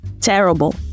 terrible